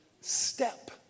step